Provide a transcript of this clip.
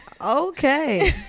okay